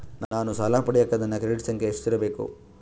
ನಾನು ಸಾಲ ಪಡಿಯಕ ನನ್ನ ಕ್ರೆಡಿಟ್ ಸಂಖ್ಯೆ ಎಷ್ಟಿರಬೇಕು?